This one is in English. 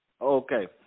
Okay